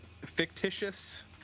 fictitious